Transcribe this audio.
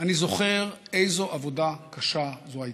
אני זוכר איזו עבודה קשה זו הייתה.